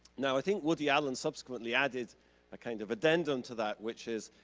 now i think woody allen subsequently added a kind of addendum to that, which is,